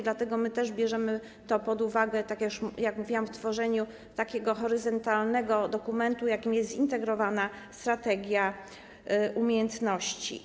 Dlatego my też bierzemy to pod uwagę, tak jak to już mówiłam, w tworzeniu takiego horyzontalnego dokumentu, jakim jest Zintegrowana Strategia Umiejętności.